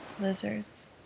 lizards